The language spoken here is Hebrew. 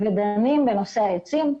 לדון בנושא העצים.